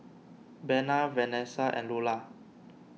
Bena Venessa and Lulla